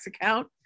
account